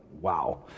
wow